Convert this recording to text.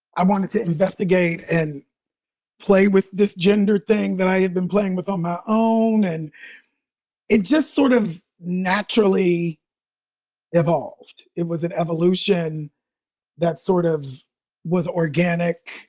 i wanted to investigate and play with this gender thing that i had been playing with on my own, and it just sort of naturally evolved. it was an evolution that sort of was organic